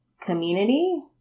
community